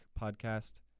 podcast